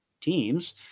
teams